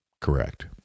correct